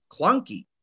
clunky